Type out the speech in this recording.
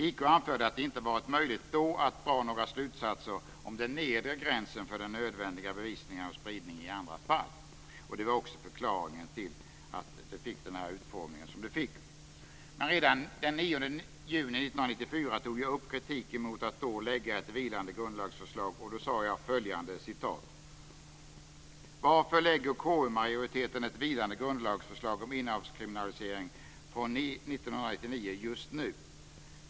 JK anförde att det inte varit möjligt, då, att dra några slutsatser om den nedre gränsen för den nödvändiga bevisningen av spridning i andra fall. Det var också förklaringen till den utformning som förslaget fick. Men redan den 9 juni 1994 tog jag upp kritiken mot att då lägga fram ett vilande grundlagsförslag, och jag sade då följande: "Varför lägger KU-majoriteten ett vilande grundlagsförslag om innehavskriminalisering från 1999 just nu?